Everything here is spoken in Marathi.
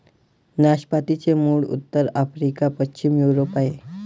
नाशपातीचे मूळ उत्तर आफ्रिका, पश्चिम युरोप आहे